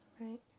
Right